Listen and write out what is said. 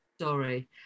sorry